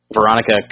Veronica